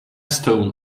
stone